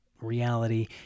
reality